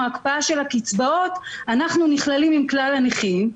הקפאה של הקצבאות אנחנו נכללים עם כלל הנכים,